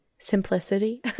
simplicity